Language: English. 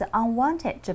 unwanted